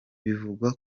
bivugwa